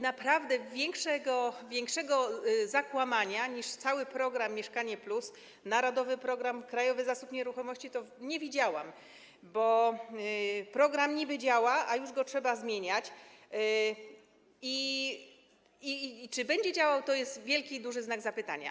Naprawdę większego zakłamania niż cały ten program „Mieszkanie+”, narodowy program, Krajowy Zasób Nieruchomości nie widziałam, bo program niby działa, a już go trzeba zmieniać, i to, czy będzie działał, to jest wielki znak zapytania.